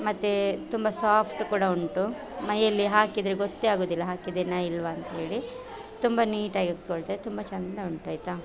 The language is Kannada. ಮತ್ತು ತುಂಬ ಸಾಫ್ಟ್ ಕೂಡ ಉಂಟು ಮೈಯಲ್ಲಿ ಹಾಕಿದರೆ ಗೊತ್ತೇ ಆಗುವುದಿಲ್ಲ ಹಾಕಿದ್ದೇನಾ ಇಲ್ಲವಾ ಅಂತ್ಹೇಳಿ ತುಂಬ ನೀಟಾಗಿ ಕೂತ್ಕೊಳ್ತದೆ ತುಂಬ ಚೆಂದ ಉಂಟು ಆಯಿತಾ